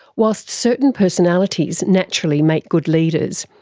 whilst certain personalities naturally make good leaders,